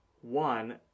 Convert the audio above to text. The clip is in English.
One